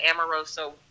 Amoroso